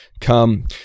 Come